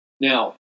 Now